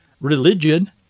religion